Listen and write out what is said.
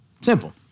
Simple